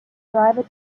driver